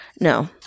No